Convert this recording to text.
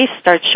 start